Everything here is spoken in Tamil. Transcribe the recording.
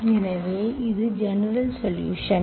எனவே இது ஜெனரல்சொலுஷன்ஸ்